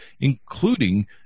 including